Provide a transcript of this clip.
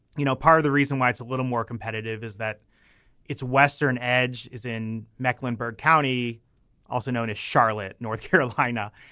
you know part of the reason why it's a little more competitive is that its western edge is in mecklenburg county also known as charlotte north carolina.